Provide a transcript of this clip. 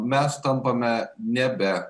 mes tampame nebe